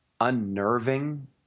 unnerving